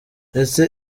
ese